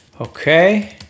Okay